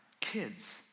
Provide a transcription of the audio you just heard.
kids